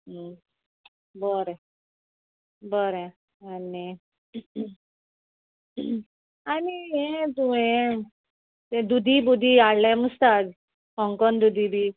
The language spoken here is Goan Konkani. बरें बरें आनी आनी यें तुवें तें दुदी बुदी हाडलें मुस्ता कोंकोन दुदी बी